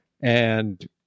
and-